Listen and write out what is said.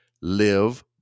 live